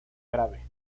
grave